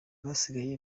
basigaye